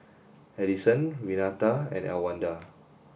Addyson Renata and Elwanda